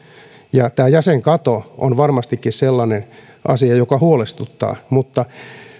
tämä jäsenkato on varmastikin sellainen asia joka huolestuttaa